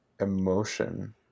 emotion